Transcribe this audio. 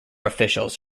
officials